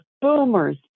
boomers